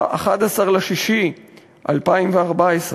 ב-11 ביוני 2014,